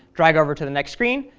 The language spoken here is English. drag over to the next screen,